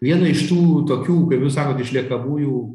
vieną iš tų tokių kaip jūs sakot išliekamųjų